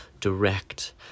direct